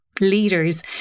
leaders